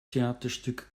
theaterstück